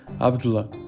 Abdullah